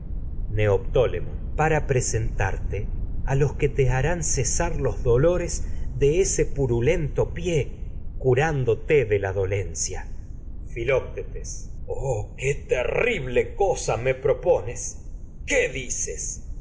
cesar para presentarte a los que te harán los dolores de ese purulento pie cux ándote de la dolencia filoctetes oh qué terrible cosa me propones qué dices